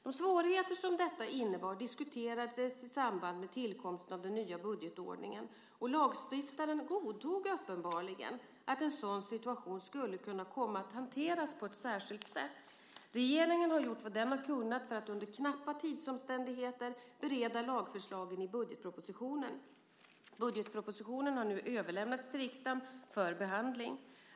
De svårigheter som detta innebar diskuterades i samband med tillkomsten av den nya budgetordningen, och lagstiftaren godtog uppenbarligen att en sådan situation skulle kunna komma att hanteras på ett särskilt sätt. Regeringen har gjort vad den har kunnat för att under knappa tidsomständigheter bereda lagförslagen i budgetpropositionen. Budgetpropositionen har nu överlämnats till riksdagen för behandling.